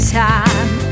time